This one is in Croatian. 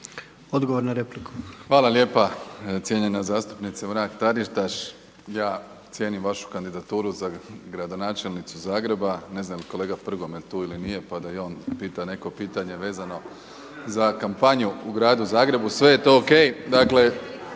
Andrej (HDZ)** Hvala lijepa. Cijenjena zastupnice Mrak Taritaš. Ja cijenim vašu kandidaturu za gradonačelnicu Zagreba, ne znam jel kolega Prgomet tu ili nije pa da i on pita neko pitanje vezano za kampanju u gradu Zagrebu, sve je to o.k.